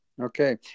Okay